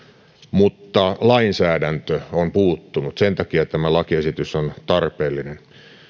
mutta lainsäädäntö on puuttunut ja sen takia tämä lakiesitys on tarpeellinen